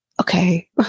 okay